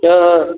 ಹಾಂ ಹಾಂ